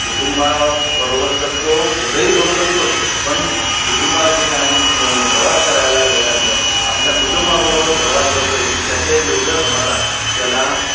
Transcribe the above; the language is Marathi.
कुटुंबाबरोबर तर तो कुठेही जाऊ शकतोच पण कुटुंबाचे काने मो प्रवास करायला तर आपल्या कुटुंबाबरोबर प्रवास करतो एक त्याचं एक वेगळं समाधान त्याला